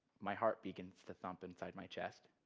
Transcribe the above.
my heart begins to thump inside my chest